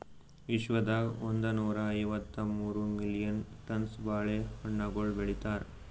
ವಿಶ್ವದಾಗ್ ಒಂದನೂರಾ ಐವತ್ತ ಮೂರು ಮಿಲಿಯನ್ ಟನ್ಸ್ ಬಾಳೆ ಹಣ್ಣುಗೊಳ್ ಬೆಳಿತಾರ್